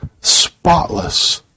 spotless